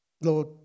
Lord